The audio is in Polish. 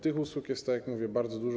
Tych usług jest, tak jak mówię, bardzo dużo.